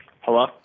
Hello